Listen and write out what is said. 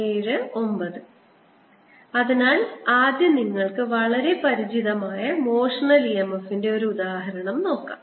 dS അതിനാൽ ആദ്യം നിങ്ങൾക്ക് വളരെ പരിചിതമായ മോഷണൽ e m f ന്റെ ഒരു ഉദാഹരണം നോക്കാം